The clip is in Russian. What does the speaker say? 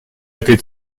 этой